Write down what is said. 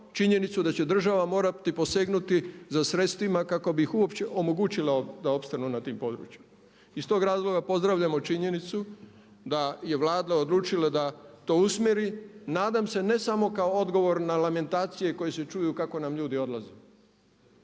činjenicu da će država morati posegnuti za sredstvima kako bi uopće omogućila da opstanu na tim područjima. Iz tog razloga pozdravljamo činjenicu da je Vlada odlučila da to usmjeri, nadam se ne samo kao odgovor na lamentacije koje su čuju kako nam ljudi odlaze,